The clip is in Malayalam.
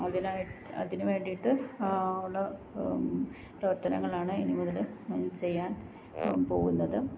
അതിനായി അതിന് വേണ്ടിയിട്ട് ഉള്ള പ്രവര്ത്തനങ്ങളാണ് ഇനി മുതല് ഞാൻ ചെയ്യാന് പോകുന്നത്